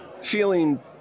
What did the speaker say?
feeling